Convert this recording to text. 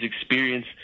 experience